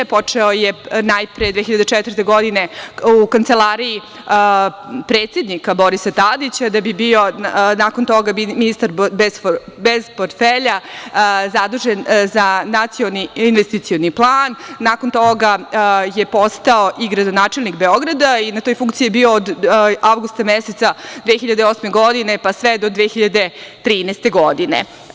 Počeo je najpre 2004. godine u kancelariji predsednika Borisa Tadića, da bi nakon toga bio ministar bez portfelja, zadužen za Nacionalni investicioni plan, nakon toga je postao i gradonačelnik Beograda i na toj funkciji je bio od avgusta meseca 2008. godine pa sve do 2013. godine.